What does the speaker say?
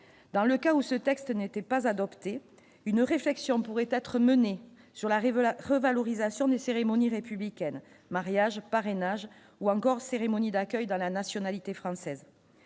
dans le cas où ce texte n'était pas adopté une réflexion pourrait être menée sur la rive, la revalorisation des cérémonies républicaines mariage parrainage ou encore cérémonie d'accueil dans la nationalité française,